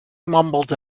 mumbled